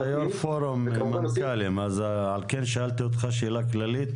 אתה יו"ר פורום מנכ"לים על כן שאלתי אותך שאלה כללית,